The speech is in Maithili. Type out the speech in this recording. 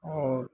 आओर